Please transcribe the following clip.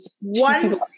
one